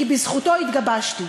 כי בזכותו התגבשתי,